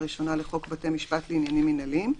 הראשונה לחוק בתי משפט לעניינים מנהליים,